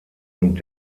und